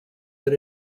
but